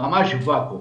ממש ואקום.